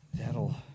that'll